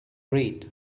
read